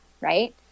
Right